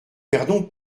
perdons